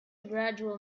gradual